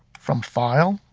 from file,